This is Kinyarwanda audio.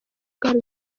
bwari